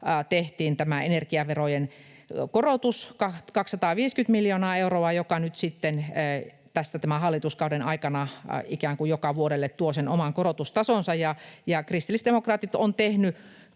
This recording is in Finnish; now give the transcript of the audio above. tehtiin tämä ener-giaverojen korotus, 250 miljoonaa euroa, joka nyt sitten tämän hallituskauden aikana ikään kuin joka vuodelle tuo sen oman korotustasonsa. Kristillisdemokraatit ovat tehneet